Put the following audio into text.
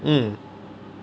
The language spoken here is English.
mm